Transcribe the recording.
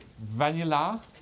vanilla